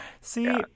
See